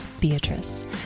Beatrice